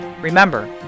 Remember